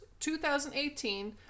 2018